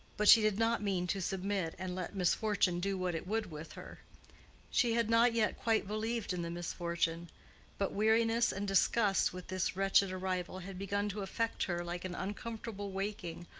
but she did not mean to submit, and let misfortune do what it would with her she had not yet quite believed in the misfortune but weariness and disgust with this wretched arrival had begun to affect her like an uncomfortable waking,